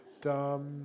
Dumb